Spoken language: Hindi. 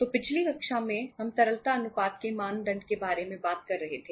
तो पिछली कक्षा में हम तरलता अनुपात के मानदंड के बारे में बात कर रहे थे